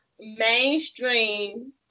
mainstream